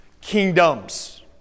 kingdoms